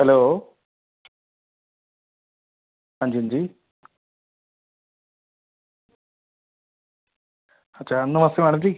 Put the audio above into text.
hello हां जी हां जी नमस्ते मैड़म जी